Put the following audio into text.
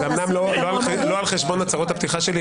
זה אומנם על הצהרות הפתיחה שלי,